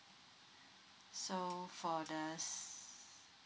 so for the